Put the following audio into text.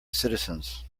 citizens